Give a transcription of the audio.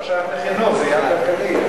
לא שייך לחינוך, זה עניין כלכלי.